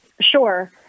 Sure